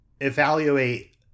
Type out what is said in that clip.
evaluate